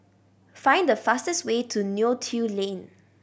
find the fastest way to Neo Tiew Lane